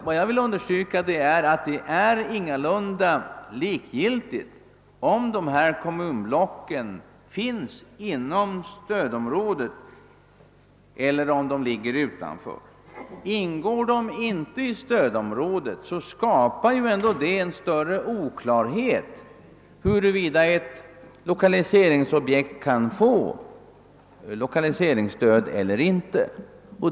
Vad jag vill understryka är att det ingalunda är likgiltigt om ett kommunblock finns inom stödområdet eller om det ligger utanför. Ingår det inte i stödområdet råder det ändå större oklarhet om huruvida ett objekt kan få lokaliseringstöd eller inte.